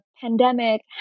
Pandemic